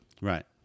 Right